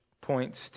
points